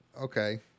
okay